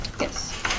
Yes